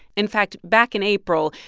in fact, back in april,